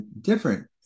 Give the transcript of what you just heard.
different